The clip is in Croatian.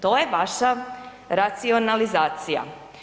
To je vaša racionalizacija.